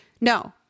no